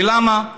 ולמה?